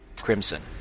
crimson